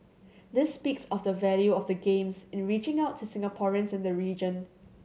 this speaks of the value of the Games in reaching out to Singaporeans and the region